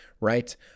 right